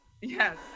yes